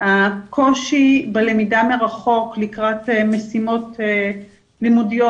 הקושי בלמידה מרחוק לקראת משימות לימודיות